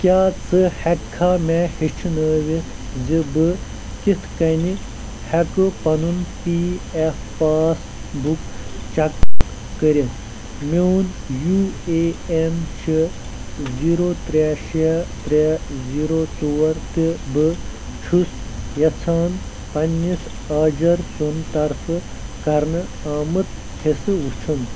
کیٛاہ ژٕ ہیٚکہٕ کھاہ مےٚ ہیٚچھنٲیِتھ زِ بہٕ کِتھ کٔنۍ ہیٚکہٕ پنُن P F passbook check کٔرتھ میٛون یو اے ایٚن چھُ زیٖرو ترٛےٚ شیٚے ترٛےٚ زیٖرو ژور تہٕ بہٕ چھُس یژھان پننِس آجر سنٛد طرفہٕ کرنہٕ آمُت حصہٕ وُچھن